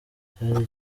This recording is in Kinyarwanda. cyari